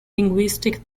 linguistic